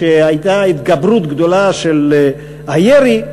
כשהייתה התגברות של הירי.